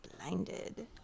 blinded